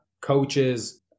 coaches